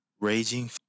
raging